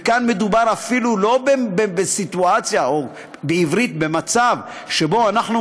וכאן מדובר אפילו לא במצב שבו אנחנו